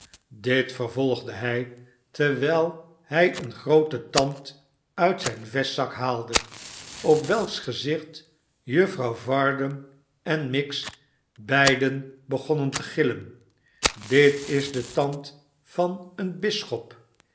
dit vervolgde hij terwijl hij een grooten tand uit zijn vestzak haaide op welks gezicht juffrouw varden en miggs beiden begonnen te gillen dit is de tand van een bisschop